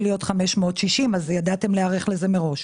להיות 560 אז ידעתם להיערך לזה מראש.